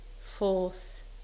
Fourth